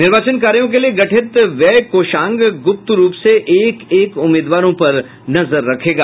निर्वाचन कार्यों के लिये गठित व्यय कोषांग ग्रप्त रूप से एक एक उम्मीदवारों पर नजर रखेगा